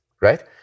right